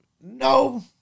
no